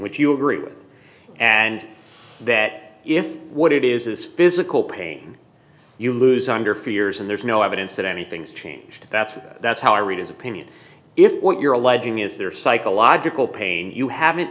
which you agree with and that if what it is is physical pain you lose under for years and there's no evidence that anything's changed that's what that's how i read his opinion if what you're alleging is there psychological pain you haven't